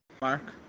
Mark